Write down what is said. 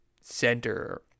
center